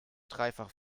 dreifach